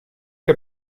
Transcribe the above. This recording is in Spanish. que